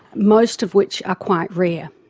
most of which are quite rare,